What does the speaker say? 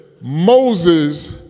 Moses